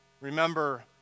remember